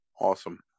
Awesome